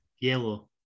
yellow